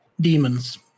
demons